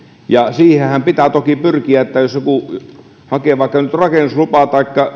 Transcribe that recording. siihenhän pitää toki pyrkiä että jos joku hakee vaikka nyt rakennuslupaa